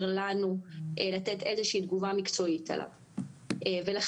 לנו לתת איזו שהיא תגובה מקצועית עליו ולכן,